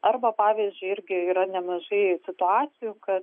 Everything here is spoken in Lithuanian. arba pavyzdžiui irgi yra nemažai situacijų kad